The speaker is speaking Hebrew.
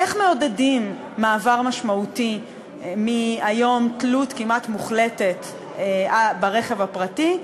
איך מעודדים מעבר משמעותי מתלות כמעט מוחלטת היום ברכב הפרטי,